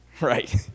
Right